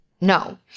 no